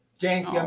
James